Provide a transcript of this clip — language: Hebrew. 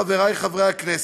חברי חברי הכנסת.